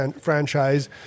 franchise